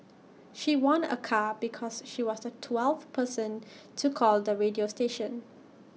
she won A car because she was the twelfth person to call the radio station